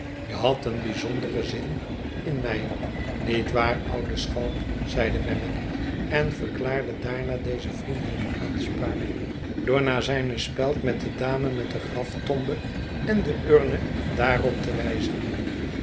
je hadt een byzonderen zin in mij niet waar oude schalk zeide wemmick en verklaarde daarna dezevriendelijkeaanspraak door naar zijne speld met de dame met de graftombe en de urne daarop te wijzen